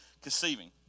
conceiving